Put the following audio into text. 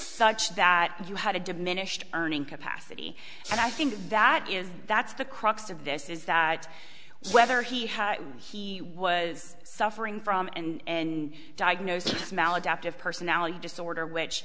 such that you had a diminished earning capacity and i think that is that's the crux of this is that whether he had he was suffering from and diagnosis maladaptive personality disorder which